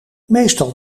meestal